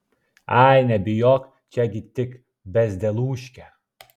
ai nebijok čia gi tik bezdelūškė